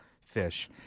fish